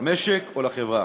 למשק או לחברה.